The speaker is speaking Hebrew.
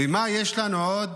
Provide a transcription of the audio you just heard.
ומה יש לנו עוד